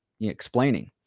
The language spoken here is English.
explaining